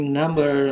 number